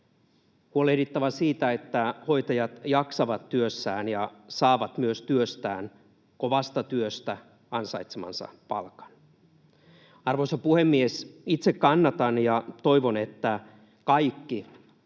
huolehdittava siitä, että hoitajat jaksavat työssään ja saavat myös työstään, kovasta työstä, ansaitsemansa palkan. Arvoisa puhemies! Itse kannatan ja toivon, että kaikki